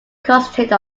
concentrate